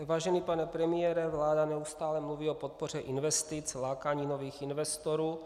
Vážený pane premiére, vláda neustále mluví o podpoře investic, lákání nových investorů atd.